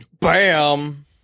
Bam